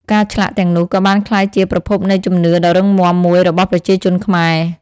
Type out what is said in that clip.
ការឆ្លាក់ទាំងនោះក៏បានក្លាយជាប្រភពនៃជំនឿដ៏រឹងមាំមួយរបស់ប្រជាជនខ្មែរ។